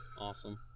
awesome